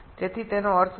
সুতরাং এটির মানে কি